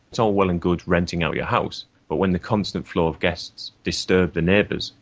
it's all well and good renting out your house, but when the constant flow of guests disturb the neighbours,